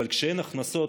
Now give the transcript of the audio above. אבל כשאין הכנסות,